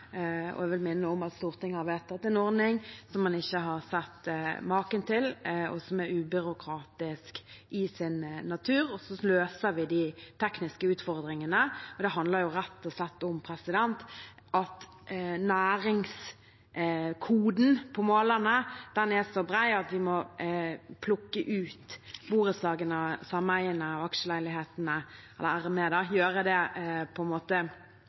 Jeg vil også minne om at Stortinget har vedtatt en ordning som man ikke har sett maken til, som er ubyråkratisk i sin natur, og vi løser de tekniske utfordringene. Men det handler rett og slett om at næringskoden på målerne er så bred at vi må plukke ut borettslagene, sameiene og aksjeleilighetene, og så må RME gjøre det manuelt. Det er på